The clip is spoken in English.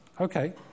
Okay